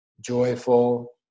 joyful